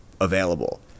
available